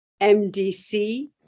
MDC